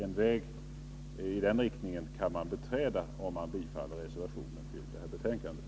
En väg i den riktningen kan man beträda, om man bifaller reservationen.